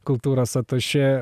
kultūros atašė